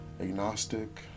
agnostic